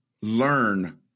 learn